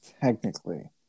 Technically